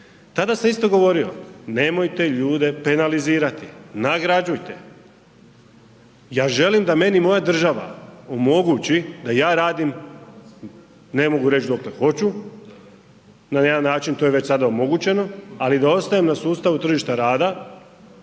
Tada se isto govorilo, nemojte ljude penalizirati, nagrađujte. Ja želim da meni moja država omogući da ja radim dokle hoću na jedan način to je već sada omogućeno, ali da ostanem na sustavu tržišta rada